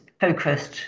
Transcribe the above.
focused